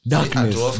Darkness